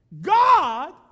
God